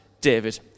David